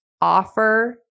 offer